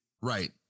Right